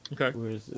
Okay